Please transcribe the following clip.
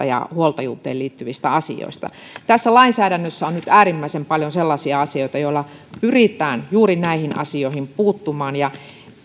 ja huoltajuuteen liittyvistä asioista tässä lainsäädännössä on nyt äärimmäisen paljon sellaisia asioita joilla pyritään juuri näihin asioihin puuttumaan ja